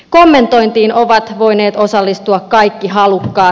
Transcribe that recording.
kommentointiin ovat voineet osallistua kaikki halukkaat